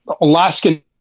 Alaskan